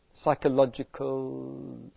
psychological